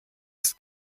ist